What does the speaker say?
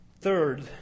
Third